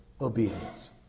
obedience